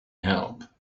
help